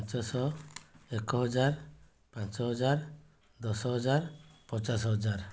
ପାଞ୍ଚଶହ ଏକ ହଜାର ପାଞ୍ଚ ହଜାର ଦଶ ହଜାର ପଚାଶ ହଜାର